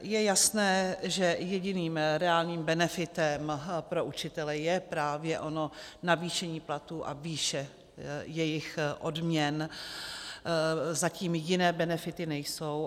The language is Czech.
Je jasné, že jediným reálným benefitem pro učitele je právě ono navýšení platů a výše jejich odměn, zatím jiné benefity nejsou.